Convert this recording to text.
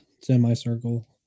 semi-circle